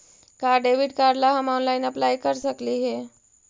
का debit card ला हम ऑनलाइन अप्लाई कर सकली हे?